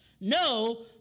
No